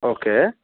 okay